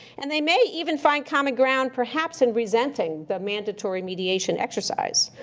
and they may even find common ground, perhaps in resenting, the mandatory mediation exercise.